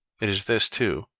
it is this, too,